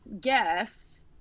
guess